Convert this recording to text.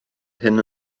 hyn